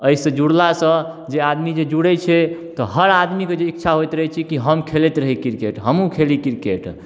एहिसँ जुड़लासँ जे आदमी जे जुड़ैत छै तऽ हर आदमीके जे इच्छा होइत रहैत छै कि जे हम खेलैत रही क्रिकेट हमहुँ खेली क्रिकेट